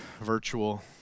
virtual